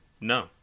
no